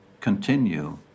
continue